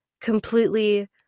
completely